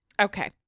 Okay